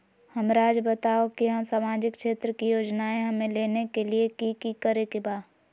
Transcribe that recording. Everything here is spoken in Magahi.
हमराज़ बताओ कि सामाजिक क्षेत्र की योजनाएं हमें लेने के लिए कि कि करे के बा?